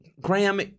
Graham